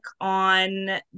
on